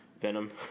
Venom